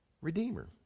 Redeemer